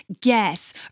Guess